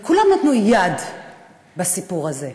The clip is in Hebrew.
כולם נתנו יד בסיפור הזה.